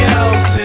else